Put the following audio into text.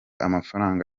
amafaranga